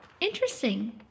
Interesting